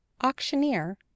Auctioneer